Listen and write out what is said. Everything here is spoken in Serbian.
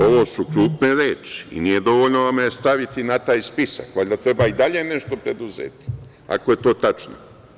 Ovo su krupne reči i nije dovoljno staviti me na taj spisak, valjda treba i dalje nešto preduzeti, ako je to tačno.